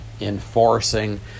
enforcing